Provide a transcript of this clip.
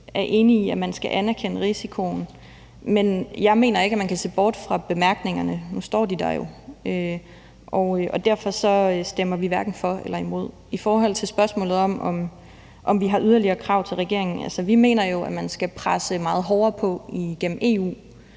af det, altså at man skal anerkende risikoen. Men jeg mener ikke, at man kan se bort fra bemærkningerne, for nu står de der jo. Derfor stemmer vi hverken for eller imod. I forhold til spørgsmålet om, om vi har yderligere krav til regeringen, vil jeg sige, at vi jo mener, at man skal presse meget hårdere på igennem EU